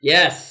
Yes